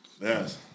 Yes